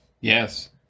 Yes